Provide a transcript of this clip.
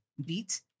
beat